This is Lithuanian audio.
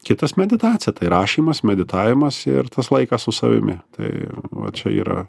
kitas meditacija tai rašymas meditavimas ir tas laikas su savimi tai čia yra